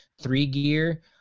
three-gear